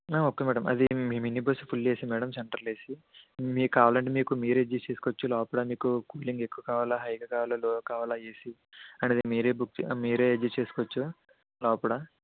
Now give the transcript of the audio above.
okay madam అది mini bus full AC madam central AC మీకు కావాలంటే మీకు మీరే అడ్జెస్ట్ చేసుకోవచ్చు లోపల మీకు కూలింగ్ ఎక్కువ కావాలా హైగా కావాలా లోగా కావాలా ఏసీ అనేది మీరే బుక్ మీరే అడ్జెస్ట్ చేసుకోవచ్చు లోపల